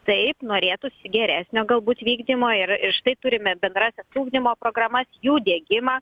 taip norėtųsi geresnio galbūt vykdymo ir ir štai turime bendrąsias ugdymo programas jų diegimą